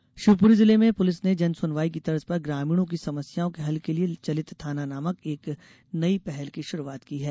चलित थाना शिवपुरी जिले में पुलिस ने जनसुनवाई की तर्ज में ग्रामीणों की समस्याओं के हल के लिये चलित थाना नामक एक नई पहल की शुरूआत की है